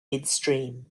midstream